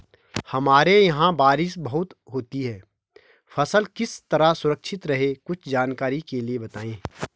हमारे यहाँ बारिश बहुत होती है फसल किस तरह सुरक्षित रहे कुछ जानकारी के लिए बताएँ?